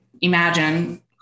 imagine